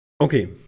Okay